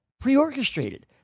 pre-orchestrated